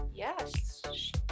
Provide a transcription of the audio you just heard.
Yes